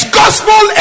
gospel